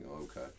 okay